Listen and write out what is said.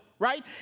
right